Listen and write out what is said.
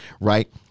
right